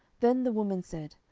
then the woman said,